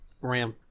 Ram